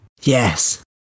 Yes